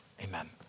amen